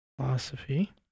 philosophy